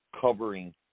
covering